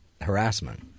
harassment